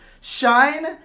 Shine